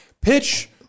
pitch